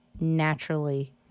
naturally